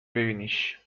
ببینیش